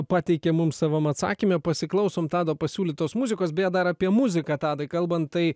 pateikė mums savam atsakyme pasiklausom tado pasiūlytos muzikos beje dar apie muziką tadai kalbant tai